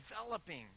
developing